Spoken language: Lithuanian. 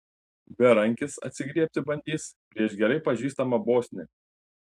berankis atsigriebti bandys prieš gerai pažįstamą bosnį